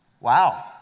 Wow